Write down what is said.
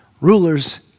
Rulers